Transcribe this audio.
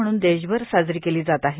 म्हणून देशभर साजरी केली जात आहे